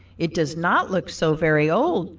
it does not look so very old,